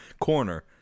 corner